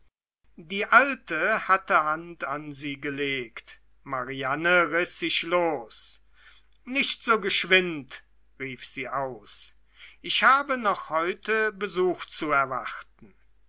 die alte hatte hand an sie gelegt mariane riß sich los nicht so geschwind rief sie aus ich habe noch heute besuch zu erwarten